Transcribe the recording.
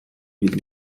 від